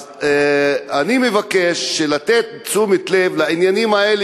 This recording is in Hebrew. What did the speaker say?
אני מבקש לתת תשומת לב לעניינים האלה